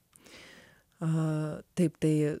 a taip tai